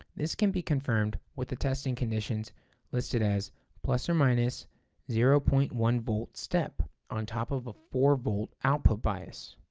this can be confirmed with the testing conditions listed as plus or minus zero point one volt step on top of a four volt output bias.